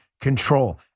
control